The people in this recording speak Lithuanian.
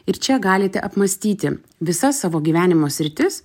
ir čia galite apmąstyti visas savo gyvenimo sritis